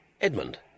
Edmund